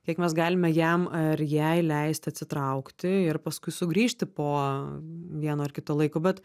kiek mes galime jam ar jai leisti atsitraukti ir paskui sugrįžti po vieno ar kito laiko bet